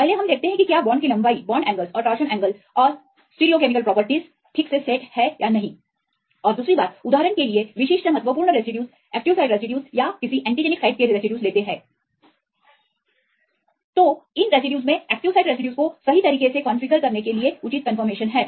पहले हम देखते हैं कि क्या बॉन्ड की लंबाई बॉन्ड एंगलस और टोरशन एंगलऔर स्टिरियोकेमिकल गुण वे ठीक से सेट हैं या नहीं और दूसरा उदाहरण के लिए विशिष्ट महत्वपूर्ण रेसिड्यूज एक्टिव साइट रेसिड्यूज या किसी एंटीजेनिक साइट के रेसिड्यूज तो इन रेसिड्यूज में एक्टिव साइट रेसिड्यूज को सही तरीके से कॉन्फ़िगर करने के लिए उचित कंफर्मेशन है